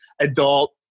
adult